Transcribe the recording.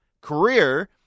career